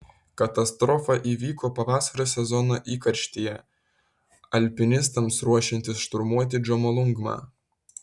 katastrofa įvyko pavasario sezono įkarštyje alpinistams ruošiantis šturmuoti džomolungmą